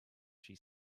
she